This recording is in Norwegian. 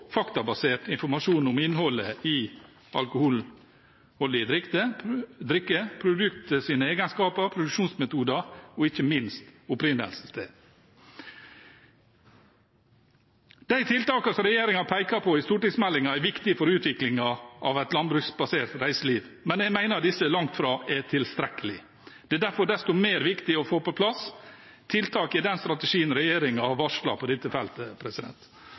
faktabasert informasjon om innholdet i alkoholdige drikker, produktets egenskaper, produksjonsmetoder og ikke minst opprinnelsessted. De tiltakene som regjeringen peker på i stortingsmeldingen, er viktige for utviklingen av et landbruksbasert reiseliv, men jeg mener disse langt fra er tilstrekkelige. Det er derfor desto mer viktig å få på plass tiltak i den strategien regjeringen har varslet på dette feltet.